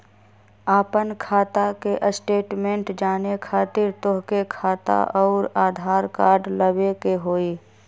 आपन खाता के स्टेटमेंट जाने खातिर तोहके खाता अऊर आधार कार्ड लबे के होइ?